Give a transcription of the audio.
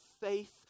faith